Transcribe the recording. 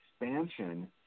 expansion